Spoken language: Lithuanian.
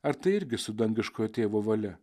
ar tai irgi su dangiškojo tėvo valia